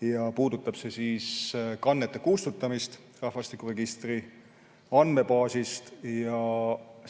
See puudutab kannete kustutamist rahvastikuregistri andmebaasist.